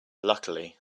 luckily